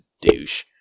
douche